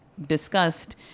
discussed